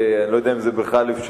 אני לא יודע אם זה בכלל אפשרי,